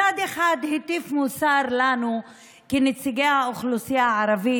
מצד אחד הוא הטיף מוסר לנו כנציגי האוכלוסייה הערבית,